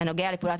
המוטב,